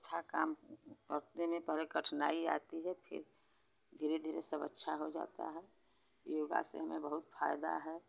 अच्छा काम करने में पहले कठिनाई आती है फिर धीरे धीरे सब अच्छा हो जाता है योगा से हमें बहुत फ़ायदा है